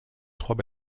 trois